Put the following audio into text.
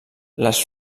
les